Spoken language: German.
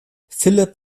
philipp